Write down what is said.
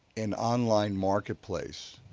an online marketplace,